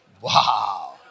Wow